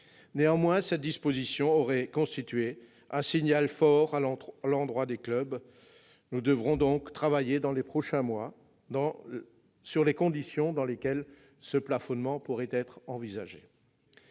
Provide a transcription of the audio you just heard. Néanmoins, cette disposition aurait constitué un signal à l'endroit des clubs. Nous devrons donc travailler dans les prochains moins sur les conditions dans lesquelles ce plafonnement pourrait être envisagé.